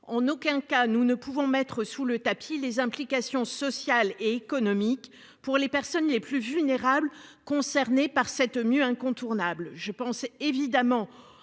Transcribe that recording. en aucun cas nous ne pouvons mettre sous le tapis. Les implications sociales et économiques pour les personnes les plus vulnérables concernés par cette mieux incontournable, je pense évidemment